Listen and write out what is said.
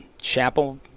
chapel